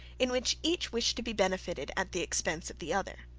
in which each wished to be benefited at the expense of the other.